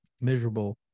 miserable